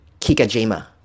Kikajima